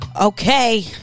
Okay